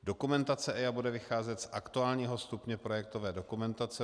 Dokumentace EIA bude vycházet z aktuálního stupně projektové dokumentace.